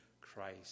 Christ